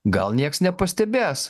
gal nieks nepastebės